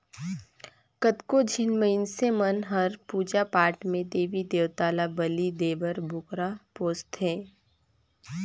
कतको झिन मइनसे मन हर पूजा पाठ में देवी देवता ल बली देय बर बोकरा पोसथे